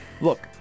look